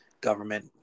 government